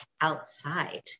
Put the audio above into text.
outside